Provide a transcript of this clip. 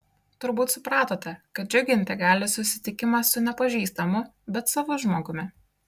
turbūt supratote kad džiuginti gali susitikimas su nepažįstamu bet savu žmogumi